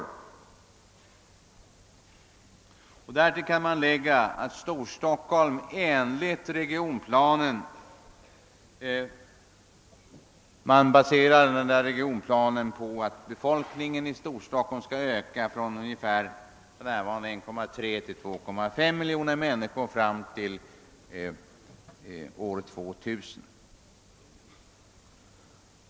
Därtill kan läggas att regionplanen är baserad på beräkningen, att befolkningen i Storstockholm kommer att öka från för närvarande ungefär 1,3 miljon till omkring 2,5 miljoner människor fram till år 2000.